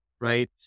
Right